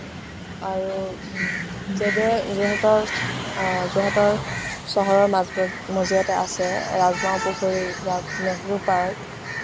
আৰু যেনে যেনেকৈ যোৰহাটৰ চহৰৰ মাজমজিয়াতে আছে ৰাজমাও পুখুৰী বা নেহেৰু পাৰ্ক